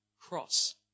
cross